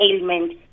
ailment